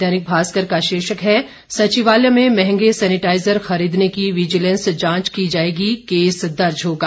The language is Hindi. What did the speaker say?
दैनिक भास्कर का शीर्षक है सचिवालय में महंगे सैनिटाइजर खरीदने की विजिलेंस जांच की जाएगी केस दर्ज होगा